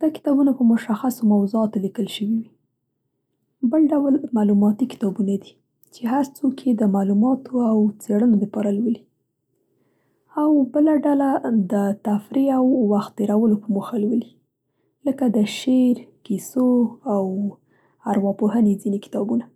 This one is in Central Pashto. دا کتابونه په مشخصو موضوعات لیکل شوي وي. بل ډول معلوماتي کتابونه دي چې هر څوک یې د معلوماتو او څېړنو دپاره لولي او بله ډله د تفرېح او وخت تېرولو په موخه لولي لکه د شعر، کیسو او ارواپوهنې ځینې کتابونه.